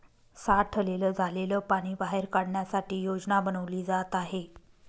साठलेलं झालेल पाणी बाहेर काढण्यासाठी योजना बनवली जात आहे